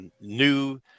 new